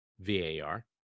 VAR